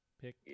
pick